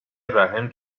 رحم